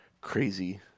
crazy